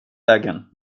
vägen